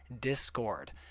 discord